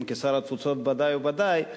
כשר התפוצות בוודאי ובוודאי,